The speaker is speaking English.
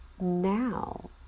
now